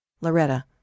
Loretta